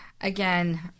again